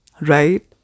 Right